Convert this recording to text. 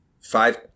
five